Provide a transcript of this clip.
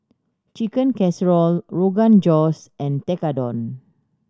Chicken Casserole Rogan Josh and Tekkadon